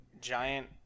giant